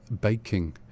baking